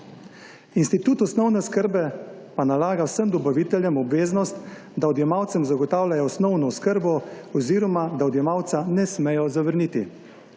Institut osnovne oskrbe nalaga vsem dobaviteljem obveznost, da odjemalcem zagotavljajo osnovno oskrbo oziroma da odjemalca ne smejo zavrniti.